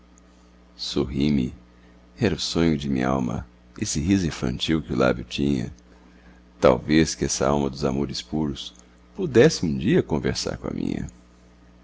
sorri me era o sonho de minhalma esse riso infantil que o lábio tinha talvez que essa alma dos amores puros pudesse um dia conversar coa minha